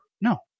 No